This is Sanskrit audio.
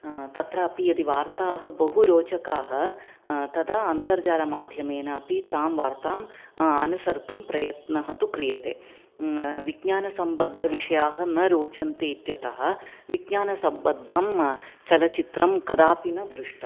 तत्रापि यदि वार्ताः बहु रोचकाः तदा अन्तर्जालमाध्यमेनापि तां वार्ताम् अनुसर्तुं प्रयत्नः तु क्रियते विज्ञानसम्बद्धविषयाः न रोचन्ते इत्यतः विज्ञानसम्बद्धं चलचित्रं कदापि न दृष्टम्